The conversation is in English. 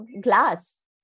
glass